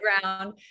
ground